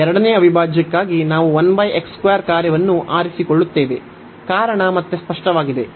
ಎರಡನೇ ಅವಿಭಾಜ್ಯಕ್ಕಾಗಿ ನಾವು ಕಾರ್ಯವನ್ನು ಆರಿಸಿಕೊಳ್ಳುತ್ತೇವೆ ಕಾರಣ ಮತ್ತೆ ಸ್ಪಷ್ಟವಾಗಿದೆ